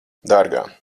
dārgā